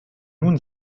nun